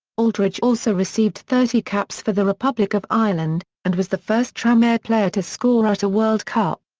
aldridge also received thirty caps for the republic of ireland, and was the first tranmere player to score at a world cup.